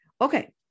Okay